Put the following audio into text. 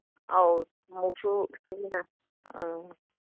ꯑꯧ ꯊꯨꯃꯣꯛꯁꯨ ꯑꯥ